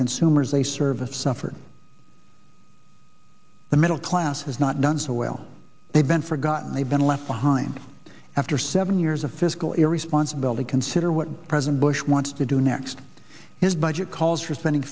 consumers a service suffered the middle class has not done so well they've been forgotten they've been left behind after seven years of fiscal irresponsibility consider what president bush wants to do next his budget calls for spending